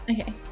okay